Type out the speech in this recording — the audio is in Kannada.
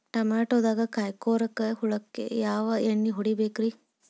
ಟಮಾಟೊದಾಗ ಕಾಯಿಕೊರಕ ಹುಳಕ್ಕ ಯಾವ ಎಣ್ಣಿ ಹೊಡಿಬೇಕ್ರೇ?